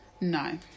No